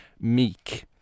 meek